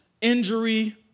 injury